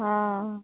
हँ